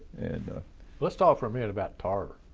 and let's talk for a minute about tarver.